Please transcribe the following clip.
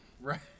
right